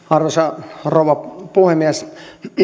arvoisa rouva puhemies